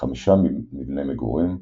חמישה מבני מגורים,